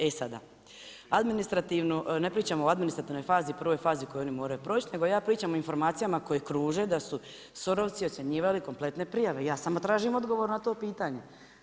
E sada, administrativno, ne pričamo o administrativnoj fazi, prvoj fazi koju oni moraju proći nego ja pričam o informacijama koje kruže da su SOR-ovci ocjenjivali kompletne prijave, ja samo tražim odgovor na to pitanje.